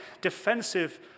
defensive